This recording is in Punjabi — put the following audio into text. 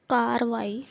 ਕਾਰਵਾਈ